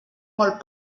molt